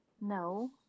no